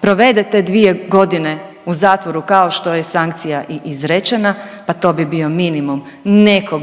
provede te dvije godine u zatvoru kao što je sankcija i izrečena, pa to bi bio minimum nekog